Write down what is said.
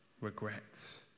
regrets